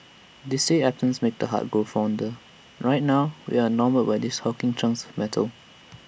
they say absence makes the heart grow fonder and right now we are enamoured with these hulking chunks metal